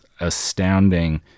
astounding